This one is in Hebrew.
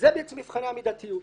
ואלו מבחני המידתיות.